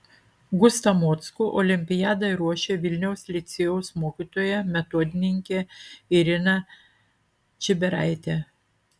gustą mockų olimpiadai ruošė vilniaus licėjaus mokytoja metodininkė irina čibiraitė